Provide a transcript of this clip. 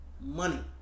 money